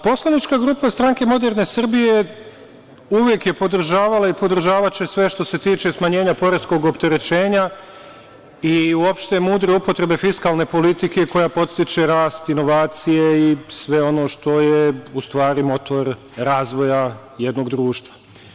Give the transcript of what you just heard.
Poslanička grupa Stranke moderne Srbije uvek je podržavala i podržavaće sve što se tiče smanjenja poreskog opterećenja i uopšte mudre upotrebe fiskalne politike koja podstiče rast, inovacije i sve ono što je motor razvoja jednog društva.